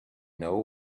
know